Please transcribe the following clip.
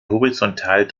horizontal